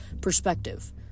perspective